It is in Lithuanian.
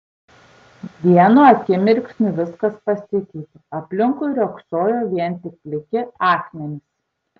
vienu akimirksniu viskas pasikeitė aplinkui riogsojo vien tik pliki akmenys